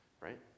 Right